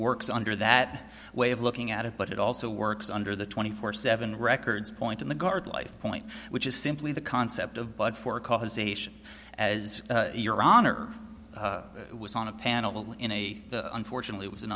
works under that way of looking at it but it also works under the twenty four seven records point in the guard life point which is simply the concept of but for causation as your honor i was on a panel in a unfortunately was an